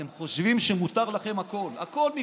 אתם חושבים שמותר לכם הכול,